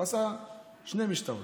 הוא עשה שני משתאות: